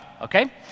Okay